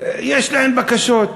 יש להן בקשות.